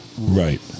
Right